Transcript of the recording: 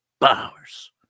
Bowers